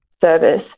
service